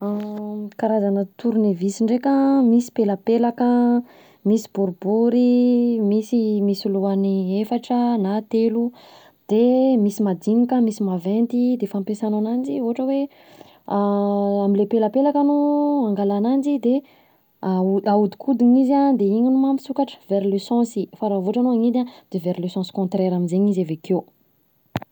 Karazana tornevisy ndreka: misy pelapelaka an, Misy boribory, misy, misy lohany efatra na telo de misy madinika misy maventy de fampiasana ananjy ohatra hoe: amle pelakapelaka anao angala ananjy de ahodikodina izy an de iny no mampisokatra vers le sensy, fa raha voa ohatra anao anidy an de vers le sens contraire am'zegny izy avekeo